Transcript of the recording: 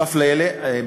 בנוסף לאלה,